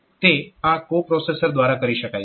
તે આ કો પ્રોસેસર દ્વારા કરી શકાય છે